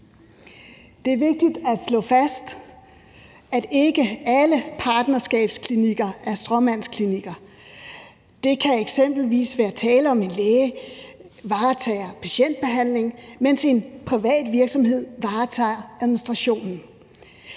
Det er vigtigt at slå fast, at ikke alle partnerskabsklinikker er stråmandsklinikker. Der kan eksempelvis være tale om, at én læge varetager patientbehandlingen, mens en privat virksomhed varetager administrationen.